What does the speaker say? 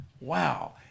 wow